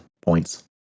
points